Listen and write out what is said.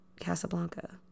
casablanca